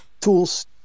tools